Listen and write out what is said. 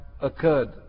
occurred